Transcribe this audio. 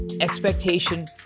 expectation